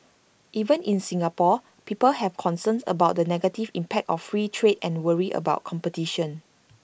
even in Singapore people have concerns about the negative impact of free trade and worry about competition